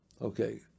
Okay